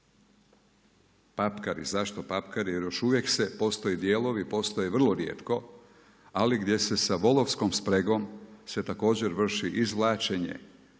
Papkari, zašto papkari? Jer još uvijek postoje dijelovi, postoje vrlo rijetko, ali gdje se sa volovskom spregom se također vrši izvlačenje